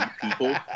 people